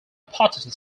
potato